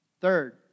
Third